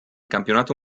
campionato